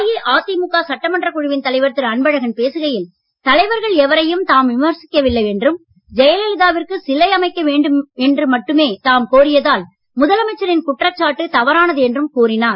அஇதிமுக சட்டமன்றக் குழுவின் தலைவர் திரு அன்பழகன் பேசுகையில் தலைவர்கள் எவரையும் தாம் விமர்சிக்கவில்லை என்றும் ஜெயலலிதாவிற்கு சிலை அமைக்க வேண்டுமென்று மட்டுமே தாம் கோரியதால் முதலமைச்சரின் குற்றச்சாட்டு தவறானது என்றும் கூறினார்